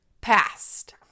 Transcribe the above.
past